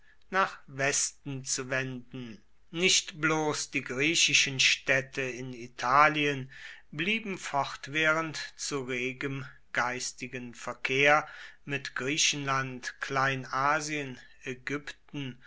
nach westen zu wenden nicht bloß die griechischen städte in italien blieben fortwährend zu regem geistigen verkehr mit griechenland kleinasien ägypten